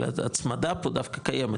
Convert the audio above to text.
אבל הצמדה פה דווקא קיימת,